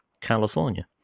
California